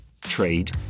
trade